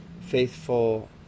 faithful